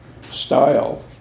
style